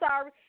sorry